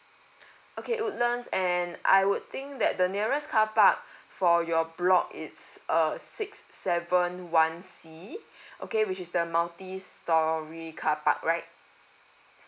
okay woodlands and I would think that the nearest carpark for your block it's err six seven one c okay which is the multi storey carpark right